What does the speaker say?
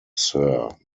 sir